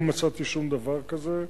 אני לא מצאתי שום דבר כזה.